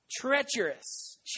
Treacherous